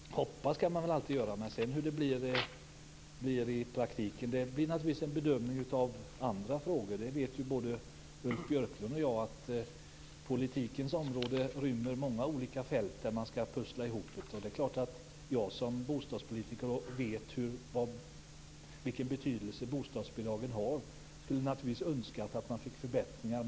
Herr talman! Hoppas kan man väl alltid göra. Hur det sedan blir i praktiken beror naturligtvis på bedömningar i andra frågor. Både Ulf Björklund och jag vet ju att politikens område rymmer många olika fält som skall pusslas ihop. Det är klart att jag som bostadspolitiker vet vilken betydelse bostadsbidragen har. Jag skulle naturligtvis önska att det blev förbättringar.